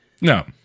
No